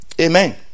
Amen